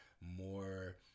more